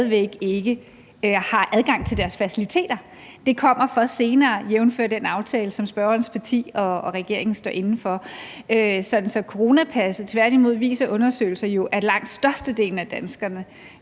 stadig væk ikke har adgang til deres faciliteter, for det kommer først senere jævnfør den aftale, som spørgerens parti og regeringen står inde for. Tværtimod viser undersøgelser jo, at langt størstedelen af danskerne